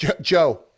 Joe